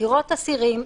עתירות אסירים,